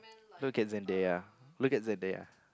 look at them there look at them there